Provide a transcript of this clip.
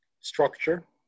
structure